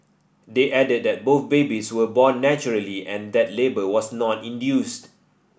they added that both babies were born naturally and that labour was not induced